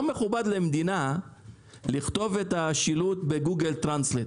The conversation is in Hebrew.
מכובד למדינה לכתוב את השילוט בגוגל טרנסלייט.